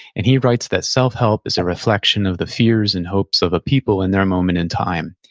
and he writes that self-help is a reflection of the fears and hopes of a people in their moment in time.